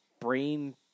brain